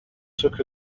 took